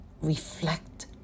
reflect